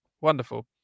Wonderful